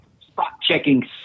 spot-checking